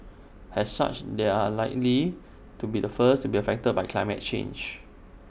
as such they are likely to be the first to be affected by climate change